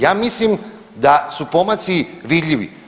Ja mislim da su pomaci vidljivi.